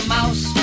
Mouse